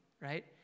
right